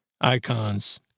icons